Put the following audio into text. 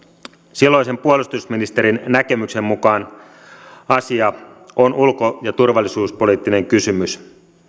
silloisen puolustusministerin näkemyksen mukaan asia on ulko ja turvallisuuspoliittinen kysymys